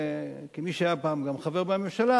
כמי שהיה פעם גם חבר בממשלה,